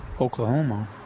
oklahoma